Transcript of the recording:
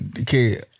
Okay